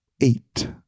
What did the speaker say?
eight